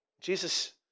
Jesus